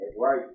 right